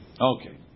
Okay